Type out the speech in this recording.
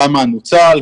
כמה נוצל,